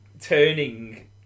turning